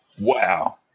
wow